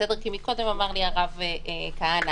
כי מקודם אמר לי הרב כהנא: